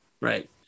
right